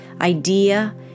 idea